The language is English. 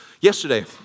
Yesterday